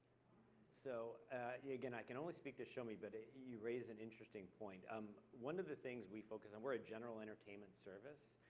so again, i can only speak to shomi, but you raise an interesting point. um one of the things we focus on, we're a general entertainment service,